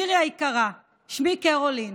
מירי היקרה, שמי קרולין.